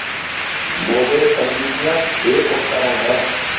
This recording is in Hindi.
मोवेर कंडीशनर एक उपकरण है